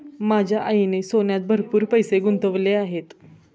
माझ्या आईने सोन्यात भरपूर पैसे गुंतवले आहेत